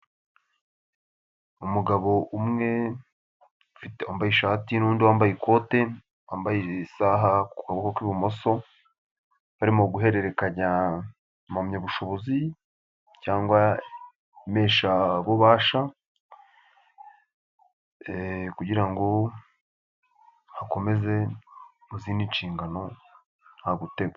Umugabo umwe wambaye ishati n'undi wambaye ikote, wambaye isaha ku kuboko k'ibumoso, barimo guhererekanya impamyabushobozi cyangwa impesha bubasha kugira ngo akomeze mu zindi nshingano nta gutegwa.